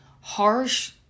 harsh